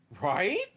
Right